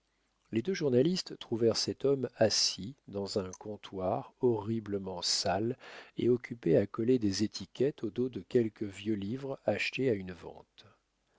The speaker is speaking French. les deux journalistes trouvèrent cet homme assis dans un comptoir horriblement sale et occupé à coller des étiquettes au dos de quelques vieux livres achetés à une vente